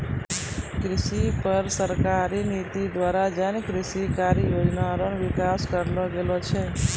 कृषि पर सरकारी नीति द्वारा जन कृषि कारी योजना रो विकास करलो गेलो छै